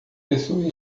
pessoa